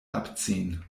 abziehen